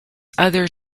other